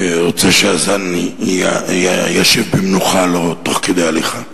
אני רוצה שהשר ישיב במנוחה, לא תוך כדי הליכה.